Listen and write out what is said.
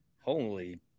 Holy